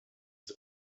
that